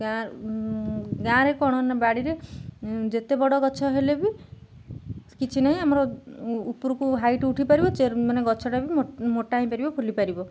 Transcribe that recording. ଗାଁ ଗାଁରେ କ'ଣ ନା ବାଡ଼ିରେ ଯେତେ ବଡ଼ ଗଛ ହେଲେ ବି କିଛି ନାହିଁ ଆମର ଉପରକୁ ହାଇଟ୍ ଉଠିପାରିବ ଚ ମାନେ ଗଛଟା ବି ମୋଟା ହେଇପାରିବ ଫୁଲିପାରିବ